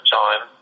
time